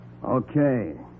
Okay